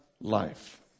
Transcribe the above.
life